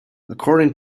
according